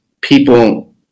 people